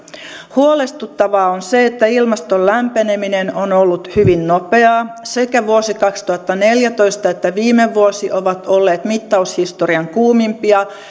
huolestuttavaa on se että ilmaston lämpeneminen on ollut hyvin nopeaa sekä vuosi kaksituhattaneljätoista että viime vuosi ovat olleet mittaushistorian kuumimpia